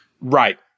right